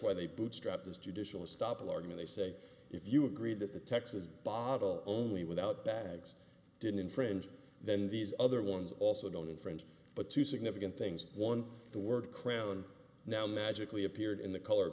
why they bootstrap this judicial stoppel argue they say if you agree that the texas bottle only without bags didn't infringe then these other ones also don't infringe but two significant things one the word crown now magically appeared in the color